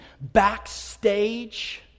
Backstage